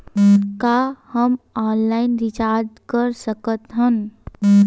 का हम online recharge कर सकत हन?